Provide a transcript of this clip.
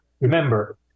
remember